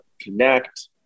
connect